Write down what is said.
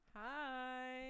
hi